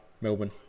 Melbourne